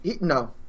No